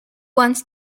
wants